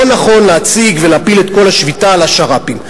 לא נכון להציג ולהפיל את כל השביתה על השר"פים.